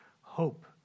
hope